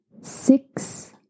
six